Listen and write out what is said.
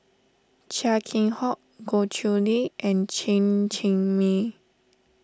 Chia Keng Hock Goh Chiew Lye and Chen Cheng Mei